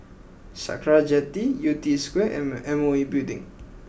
Sakra Jetty Yew Tee Square and M O E Building